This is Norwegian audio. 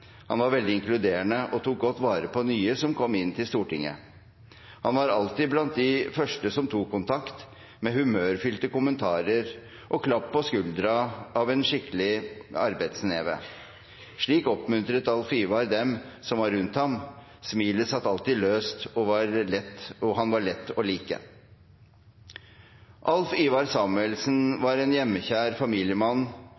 Han var veldig inkluderende og tok godt vare på de nye som kom til Stortinget. Han var alltid blant de første som tok kontakt, med humørfylte kommentarer og klapp på skuldra av en skikkelig arbeidsneve. Slik oppmuntret Alf Ivar dem som var rundt ham. Smilet satt alltid løst, og han var lett å like.» Alf Ivar